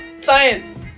Science